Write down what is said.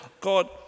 God